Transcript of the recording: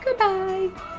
Goodbye